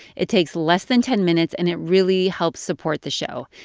it takes less than ten minutes. and it really helps support the show.